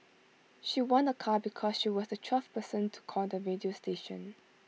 she won A car because she was the twelfth person to call the radio station